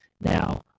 now